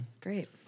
great